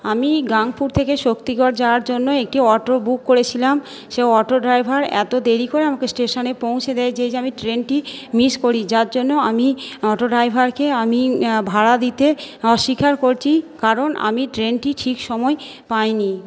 আমি গাঙপুর থেকে শক্তিগড় যাওয়ার জন্য একটি অটো বুক করেছিলাম সেই অটো ড্রাইভার এতো দেরি করে আমাকে স্টেশনে পৌঁছে দেয় যে আমি ট্রেনটি মিস করি যার জন্য আমি অটো ড্রাইভারকে আমি ভাড়া দিতে অস্বীকার করছি কারণ আমি ট্রেনটি ঠিক সময় পাই নি